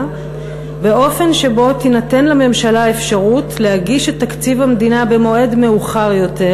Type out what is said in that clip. באופן שבו תינתן לממשלה אפשרות להגיש את תקציב המדינה במועד מאוחר יותר,